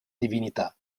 divinità